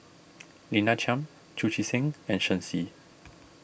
Lina Chiam Chu Chee Seng and Shen Xi